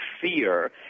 fear